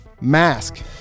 mask